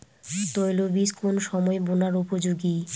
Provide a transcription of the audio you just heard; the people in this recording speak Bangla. তৈল বীজ কোন সময় বোনার উপযোগী?